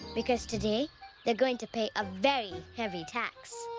because today they are going to pay a very heavy tax!